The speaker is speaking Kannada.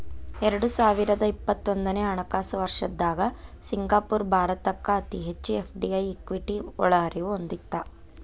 ಎರಡು ಸಾವಿರದ ಇಪ್ಪತ್ತೊಂದನೆ ಹಣಕಾಸು ವರ್ಷದ್ದಾಗ ಸಿಂಗಾಪುರ ಭಾರತಕ್ಕ ಅತಿ ಹೆಚ್ಚು ಎಫ್.ಡಿ.ಐ ಇಕ್ವಿಟಿ ಒಳಹರಿವು ಹೊಂದಿತ್ತ